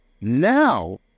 Now